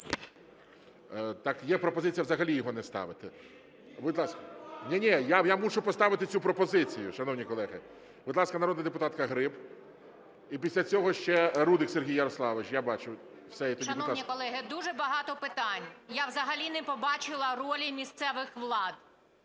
Так є пропозиція взагалі його не ставити. (Шум у залі) Ні-ні, я мушу поставити цю пропозицію, шановні колеги. Будь ласка, народна депутатка Гриб. І після цього ще Рудик Сергій Ярославович, я бачу, все. 14:17:57 ГРИБ В.О. Шановні колеги, дуже багато питань, я взагалі не побачила ролі місцевих влад,